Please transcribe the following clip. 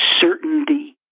certainty